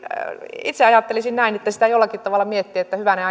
itse ajattelisin näin että sitä jollakin tavalla miettii että hyvänen